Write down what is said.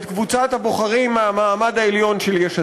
קבוצת הבוחרים מהמעמד העליון של יש עתיד.